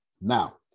Now